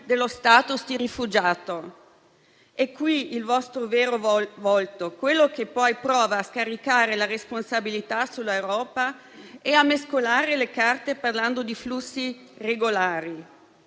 dello *status* di rifugiato. È qui il vostro vero volto, quello che poi prova a scaricare la responsabilità sull'Europa e a mescolare le carte, parlando di flussi regolari.